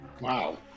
Wow